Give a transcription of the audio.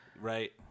Right